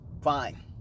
fine